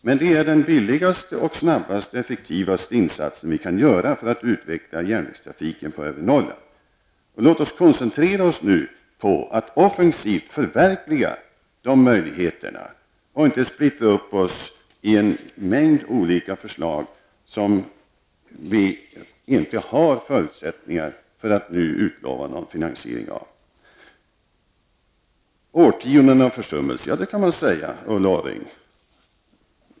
Men det är den billigaste, snabbaste och effektivaste insats vi kan göra för att utveckla järnvägstrafiken på övre Norrland. Låt oss nu koncentrera oss på att offensivt förverkliga de möjligheterna och inte splittra oss på en mängd olika förslag, som vi inte har förutsättningar att utlova någon finansiering av. Årtionden av försummelser, talade Ulla Orring om. Ja, det kan man säga.